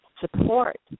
support